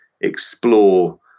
explore